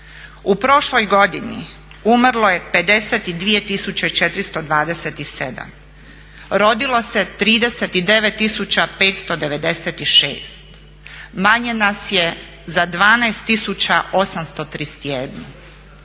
U prošloj godini umrlo je 52.427, rodilo se 39.596. Manje nas je za 12.831.